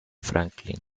franklin